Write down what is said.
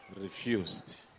refused